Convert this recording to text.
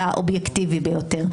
והאובייקטיבי ביותר.